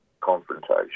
confrontation